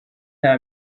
nta